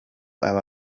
aba